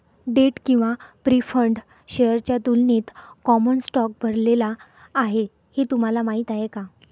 Date किंवा preferred शेअर्सच्या तुलनेत कॉमन स्टॉक भरलेला आहे हे तुम्हाला माहीत आहे का?